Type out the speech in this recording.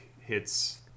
hits